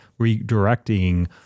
redirecting